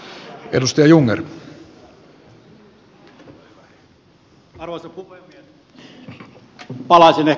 arvoisa puhemies